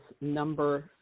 number